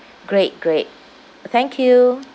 great great thank you